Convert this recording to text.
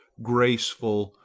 graceful,